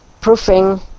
proofing